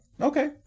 okay